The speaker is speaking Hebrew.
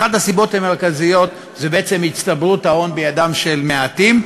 אחת הסיבות המרכזיות זה בעצם הצטברות ההון בידם של מעטים.